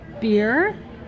beer